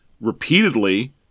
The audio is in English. repeatedly